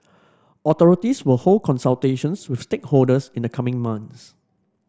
authorities will hold consultations with stakeholders in the coming months